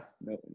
No